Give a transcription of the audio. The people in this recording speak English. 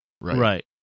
Right